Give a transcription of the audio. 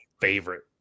favorite